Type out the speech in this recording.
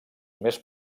més